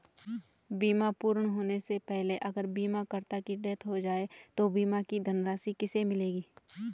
बीमा पूर्ण होने से पहले अगर बीमा करता की डेथ हो जाए तो बीमा की धनराशि किसे मिलेगी?